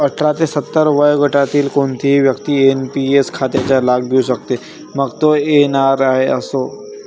अठरा ते सत्तर वर्षे वयोगटातील कोणतीही व्यक्ती एन.पी.एस खात्याचा लाभ घेऊ शकते, मग तो एन.आर.आई असो